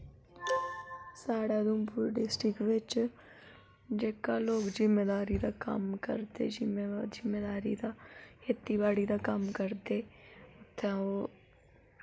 साढ़ा उधमपुर डिस्ट्रिक बिच्च जेह्का लोक जिमींदारी दा कम्म करदे जिम्मेवा जिमींदारी दा खेती बाड़ी दा कम्म करदे तां ओह्